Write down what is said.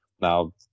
Now